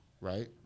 right